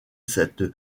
cette